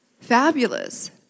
Fabulous